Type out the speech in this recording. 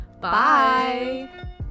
Bye